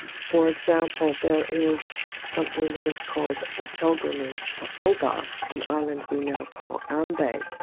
for example, there is something that is called the pilgrimage to oba, an island we now call ambae,